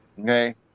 Okay